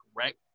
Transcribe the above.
correct